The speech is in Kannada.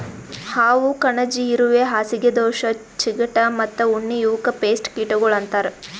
ಹಾವು, ಕಣಜಿ, ಇರುವೆ, ಹಾಸಿಗೆ ದೋಷ, ಚಿಗಟ ಮತ್ತ ಉಣ್ಣಿ ಇವುಕ್ ಪೇಸ್ಟ್ ಕೀಟಗೊಳ್ ಅಂತರ್